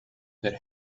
that